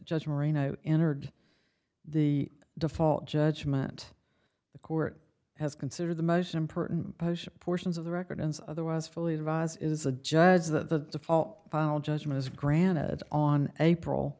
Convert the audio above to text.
just marino entered the default judgment the court has considered the most important portions of the record as otherwise fully advise is a just as the all judgment is granted on april